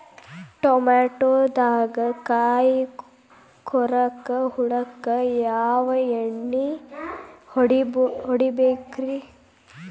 ಟಮಾಟೊದಾಗ ಕಾಯಿಕೊರಕ ಹುಳಕ್ಕ ಯಾವ ಎಣ್ಣಿ ಹೊಡಿಬೇಕ್ರೇ?